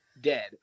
dead